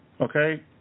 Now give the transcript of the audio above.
Okay